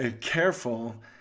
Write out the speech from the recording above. careful